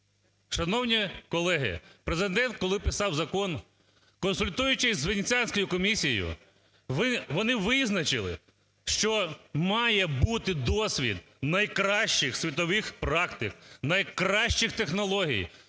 Шановні колеги, Президент, коли писав закон, консультуючись з Венеціанською комісією, вони визначили, що має бути досвід найкращих світових практик, найкращих технологій,